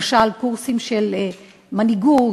למשל קורסים של מנהיגות,